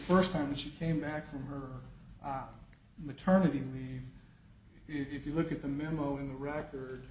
first time she came back from her maternity leave if you look at the memo in the reactor